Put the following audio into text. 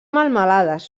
melmelades